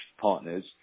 partners